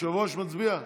היושב-ראש מצביע.